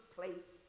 place